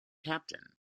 captain